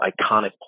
iconic